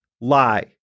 Lie